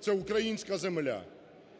це українська земля.